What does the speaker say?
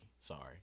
Sorry